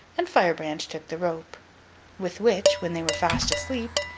and firebrand took the rope with which, when they were fast asleep,